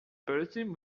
bursting